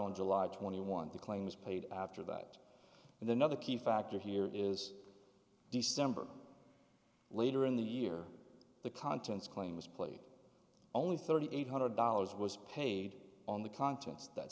on july twenty one the claim is paid after that and the other key factor here is december later in the year the contents claim was played only thirty eight hundred dollars was paid on the contents that